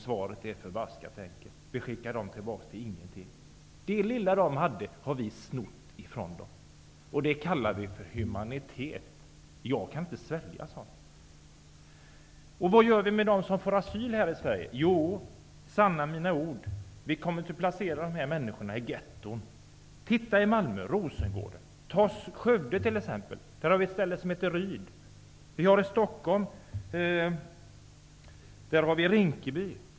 Svaret är förbaskat enkelt: Vi skickar dem tillbaka till ingenting. Det lilla de hade har vi snott från dem. Och det kallar vi för humanitet! Jag kan inte svälja sådant. Och vad gör vi med dem som får asyl här i Sverige? Jo, vi kommer att placera de människorna i getton, sanna mina ord! Titta på Rosengård i Malmö! Ta Skövde t.ex.! Där har vi ett ställe som heter Ryd. I Stockholm har vi Rinkeby.